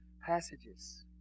passages